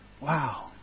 Wow